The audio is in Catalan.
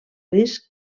risc